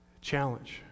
challenge